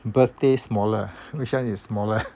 birthday smaller which one is smaller